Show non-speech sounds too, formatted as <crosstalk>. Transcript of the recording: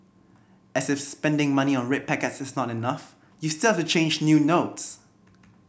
as if spending money on red packets <unintelligible> is not enough you still have to change new notes